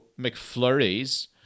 McFlurries